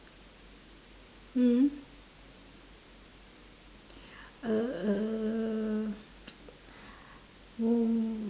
hmm err